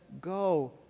go